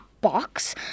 box